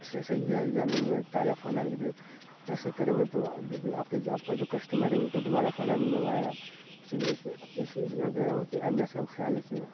سے صحیح ہے یا نہیں ہے تازہ کھانا ہی دیں ایسے کریں گے تو اب آپ کے جو آپ کا جو کسٹمر ہے وہ تو دوبارہ کھانا نہیں منگائے گا اسی لئے کہ اسی لیے کہہ رہا ہوں کہ آئندہ سے اب خیال رکھیے گا